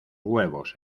huevos